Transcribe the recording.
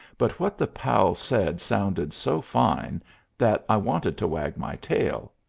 but what the pal said sounded so fine that i wanted to wag my tail,